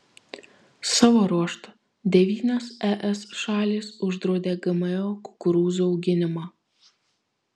savo ruožtu devynios es šalys uždraudė gmo kukurūzų auginimą